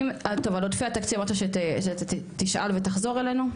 על עודפי התקציב אמרת שאתה תשאל ותחזור אלינו,